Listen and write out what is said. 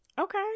Okay